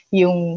yung